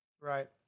Right